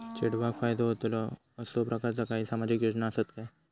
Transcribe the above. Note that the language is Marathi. चेडवाक फायदो होतलो असो प्रकारचा काही सामाजिक योजना असात काय?